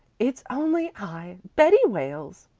it's only i betty wales.